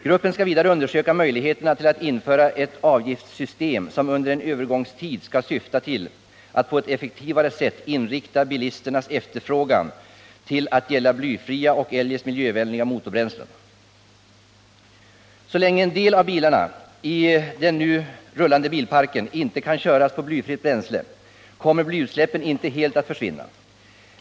Gruppen skall dessutom undersöka möjligheterna att införa ett avgiftssystem som under en övergångstid skall syfta till att på ett effektivt sätt inrikta bilisternas efterfrågan på att gälla blyfria och eljest miljövänliga motorbränslen. Så länge en del av bilarna i den nu rullande bilparken inte kan köras på blyfritt bränsle, kommer blyutsläppen inte helt att försvinna.